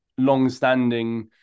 long-standing